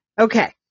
Okay